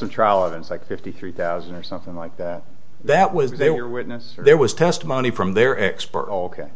the trial it's like fifty three thousand or something like that that was they were witness there was testimony from their expert